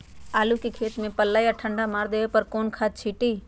आलू के खेत में पल्ला या ठंडा मार देवे पर कौन खाद छींटी?